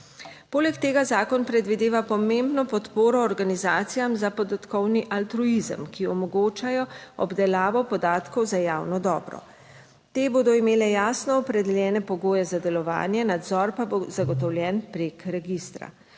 Poleg tega zakon predvideva pomembno podporo organizacijam za podatkovni altruizem, ki omogočajo 15. TRAK (VI) 10.10 (nadaljevanje) obdelavo podatkov za javno dobro. Te bodo imele jasno opredeljene pogoje za delovanje, nadzor pa bo zagotovljen preko registra.